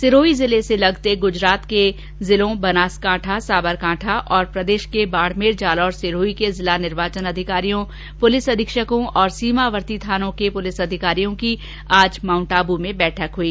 सिरोही जिले से लगर्ते गुजरात के जिलों बनासकांठा साबरकांठा और प्रदेश के बाड़मेर जालौर सिरोही के जिला निर्वाचन अधिकारियों पुलिस अधीक्षकों और सीमावर्ती थानों के पुलिस अधिकारियों की आज माउंटआबू में बैठक हुई